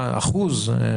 אחוז?